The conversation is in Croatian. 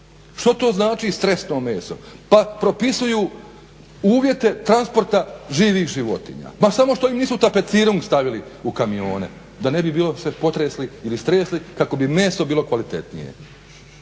Što to znači stresno meso, pa propisuju uvjete transporta živih životinja, ma samo što im nisu tapecirung stavili u kamione, da ne bi bilo se potresli ili stresli kako bi meso bilo kvalitetnije.